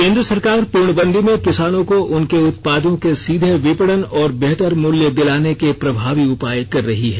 केन्द्र सरकार पूर्णबंदी में किसानों को उनके उत्पादों के सीधे विपणन और बेहतर मूल्य दिलाने के प्रभावी उपाय कर रही है